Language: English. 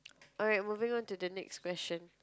alright moving on to the next question